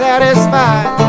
Satisfied